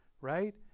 Right